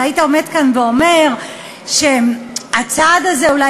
אם היית עומד כאן ואומר שהצעד הזה אולי